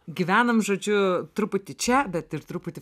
gyvenam žodžiu truputį čia bet ir truputį